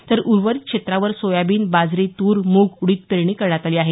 तर उर्वरित क्षेत्रावर सोयाबीन बाजरी तूर मूग उडीद पेरणी करण्यात आली आहे